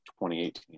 2018